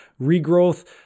regrowth